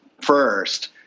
first—